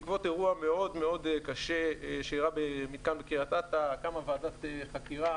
בעקבות אירוע מאוד מאוד קשה שאירע במיתקן בקרית אתא קמה ועדת חקירה,